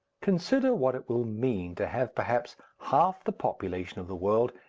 consider what it will mean to have perhaps half the population of the world,